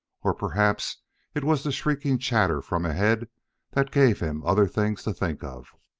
or perhaps it was the shrieking chatter from ahead that gave him other things to think of.